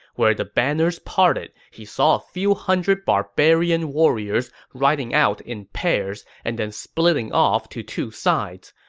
where the banners parted, he saw a few hundred barbarian warriors riding out in pairs and then splitting off to two sides.